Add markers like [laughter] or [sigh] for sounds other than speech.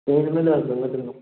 [unintelligible]